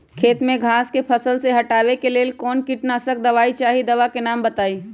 खेत में घास के फसल से हटावे के लेल कौन किटनाशक दवाई चाहि दवा का नाम बताआई?